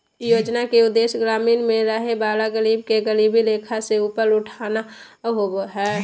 योजना के उदेश्य ग्रामीण में रहय वला गरीब के गरीबी रेखा से ऊपर उठाना होबो हइ